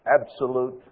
absolute